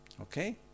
Okay